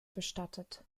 bestattet